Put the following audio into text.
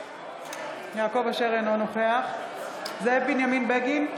אינו נוכח זאב בנימין בגין,